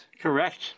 Correct